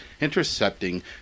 intercepting